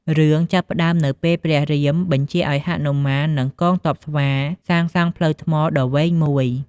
រឿងចាប់ផ្ដើមនៅពេលព្រះរាមបញ្ជាឲ្យហនុមាននិងកងទ័ពស្វាសាងសង់ផ្លូវថ្មដ៏វែងមួយ។